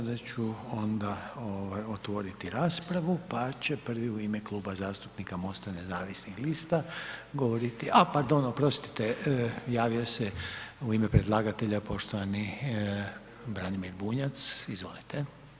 Sada ću onda ovaj otvoriti raspravu, pa će prvi u ime Kluba zastupnika MOST-a nezavisnih lista govoriti, a pardon oprostite javio se u ime predlagatelja poštovani Branimir Bunjac, izvolite.